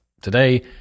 Today